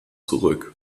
zurück